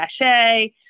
cachet